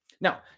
Now